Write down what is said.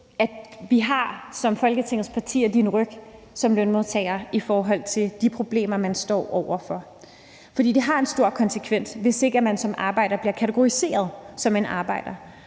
at vi som Folketingets partier har din ryg som lønmodtager, i forhold til de problemer du står over for. For det har en stor konsekvens, hvis ikke man som arbejder bliver kategoriseret som en arbejder.